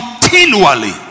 continually